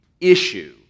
issue